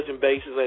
bases